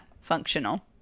functional